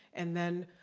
and then,